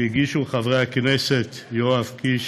שהגישו חברי הכנסת יואב קיש